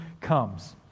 comes